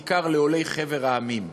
בעיקר לעולי חבר-המדינות,